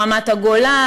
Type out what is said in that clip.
ברמת-הגולן,